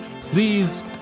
Please